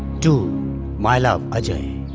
to my love ajay.